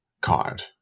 card